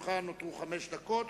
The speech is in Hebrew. לרשותך נותרו חמש דקות.